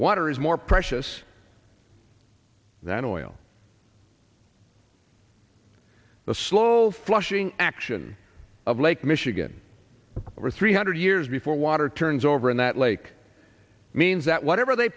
water is more precious than oil the slow flushing action of lake michigan over three hundred years before water turns over in that lake means that whatever they